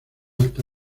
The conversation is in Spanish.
alta